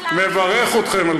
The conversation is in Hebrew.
שירות בתנועה האסלאמית.